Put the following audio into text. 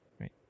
right